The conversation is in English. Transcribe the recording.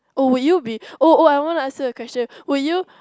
oh would you be oh oh I want to ask you a question would you